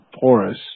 porous